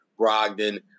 Brogdon